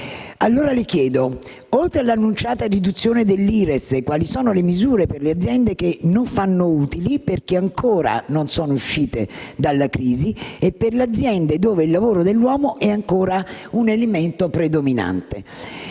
allora, oltre alla annunciata riduzione dell'IRES, quali siano le misure per le aziende che non fanno utili, perché ancora non sono uscite dalla crisi, e per le aziende dove il lavoro dell'uomo è ancora un elemento predominante.